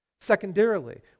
secondarily